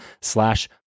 slash